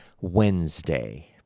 Wednesday